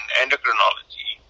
endocrinology